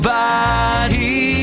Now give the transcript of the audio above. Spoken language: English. body